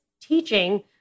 teaching